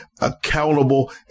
accountable